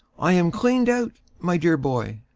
i am cleaned out, my dear boy,